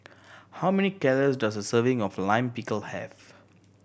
how many calorie does a serving of Lime Pickle have